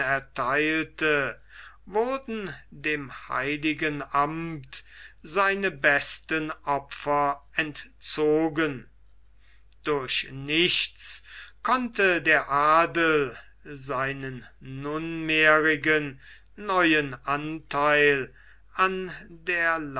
ertheilte wurden dem heiligen amt seine besten opfer entzogen durch nichts konnte der adel seinen nunmehrigen neuen antheil an der